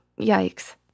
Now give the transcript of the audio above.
yikes